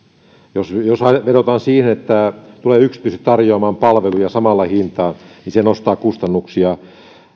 olemassa jos vedotaan siihen että yksityiset tulevat tarjoamaan palveluja samalla hinnalla ja se nostaa kustannuksia